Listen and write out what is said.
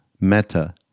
meta